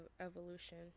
evolution